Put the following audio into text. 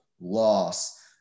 loss